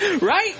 Right